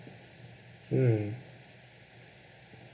mm